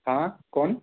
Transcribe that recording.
हाँ कौन